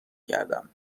کردم